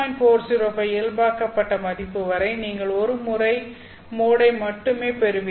405 இயல்பாக்கப்பட்ட மதிப்பு வரை நீங்கள் ஒரு மோடை மட்டுமே பெறுவீர்கள்